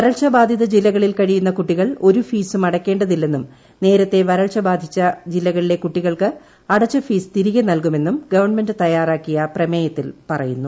വരൾച്ച ബാധിത ജില്ലകളിൽ കഴിയുന്ന കുട്ടികൾ ഒരു ഫീസും അടയ്ക്കേണ്ടതില്ലെന്നും നേരത്തെ വരൾച്ച ബാധിച്ച ജില്ലകളിലെ കുട്ടികൾക്ക് അടച്ച ഫീസ് തിരികെ നൽകുമെന്നും ഗവൺമെന്റ് തയ്യാറാക്കിയ പ്രമേയത്തിൽ പറയുന്നു